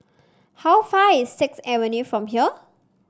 how far is Sixth Avenue from here